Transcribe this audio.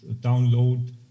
download